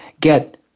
get